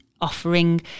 offering